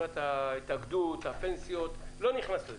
אבל אני לא נכנס לזה,